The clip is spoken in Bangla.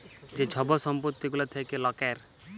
যে ছব সম্পত্তি গুলা থ্যাকে লকের